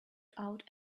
out